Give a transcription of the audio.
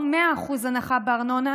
או 100% הנחה בארנונה,